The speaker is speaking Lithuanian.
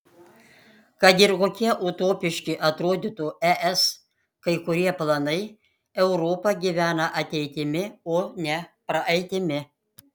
kad ir kokie utopiški atrodytų es kai kurie planai europa gyvena ateitimi o ne praeitimi